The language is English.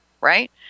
right